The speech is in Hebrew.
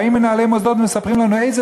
באים מנהלי מוסדות ומספרים לנו איזה